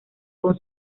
con